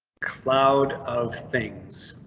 cloud of things,